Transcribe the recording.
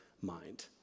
mind